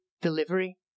delivery